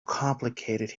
complicated